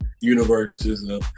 universes